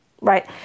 Right